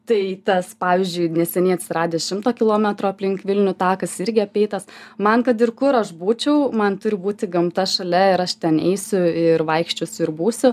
tai tas pavyzdžiui neseniai atsiradęs šimto kilometrų aplink vilnių takas irgi apeitas man kad ir kur aš būčiau man turi būti gamta šalia ir aš ten eisiu ir vaikščiosiu ir būsiu